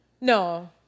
No